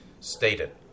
stated